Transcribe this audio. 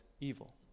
evil